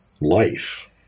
life